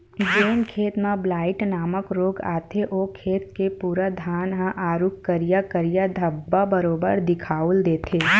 जेन खेत म ब्लाईट नामक रोग आथे ओ खेत के पूरा धान ह आरुग करिया करिया धब्बा बरोबर दिखउल देथे